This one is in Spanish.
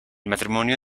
matrimonio